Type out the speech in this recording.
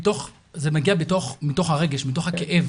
זה מגיע מתוך הרגש, מתוך הכאב.